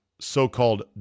so-called